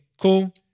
cool